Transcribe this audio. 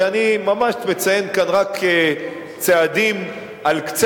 ואני ממש מציין כאן רק צעדים על קצה